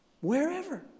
wherever